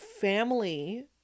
family